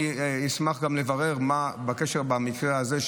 אני אשמח גם לברר בקשר למקרה הזה,